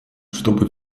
чтобы